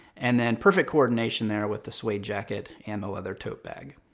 and then perfect coordination there with the suede jacket, and the leather tote bag.